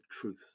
Truth